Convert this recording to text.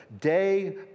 day